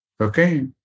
Okay